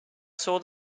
saw